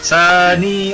Sunny